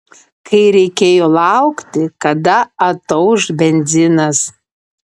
kai reikėjo laukti kada atauš benzinas